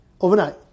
Overnight